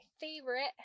favorite